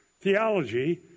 theology